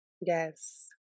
Yes